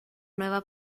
nueva